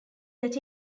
set